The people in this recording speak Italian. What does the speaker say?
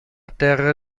terra